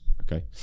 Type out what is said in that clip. Okay